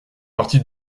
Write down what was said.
partie